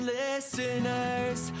listeners